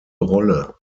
rolle